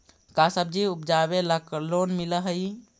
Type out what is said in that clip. का सब्जी उपजाबेला लोन मिलै हई?